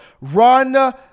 run